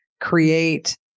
create